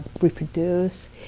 reproduce